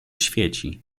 świeci